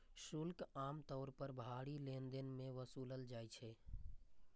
शुल्क आम तौर पर भारी लेनदेन मे वसूलल जाइ छै